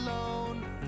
alone